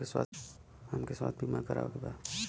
हमके स्वास्थ्य बीमा करावे के बा?